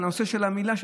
על הנושא של המילה,